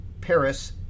Paris